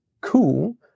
cool